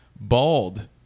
bald